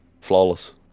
Flawless